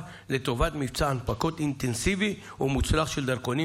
לטובת מבצע הנפקות אינטנסיבי ומוצלח של דרכונים,